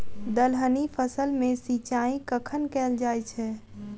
दलहनी फसल मे सिंचाई कखन कैल जाय छै?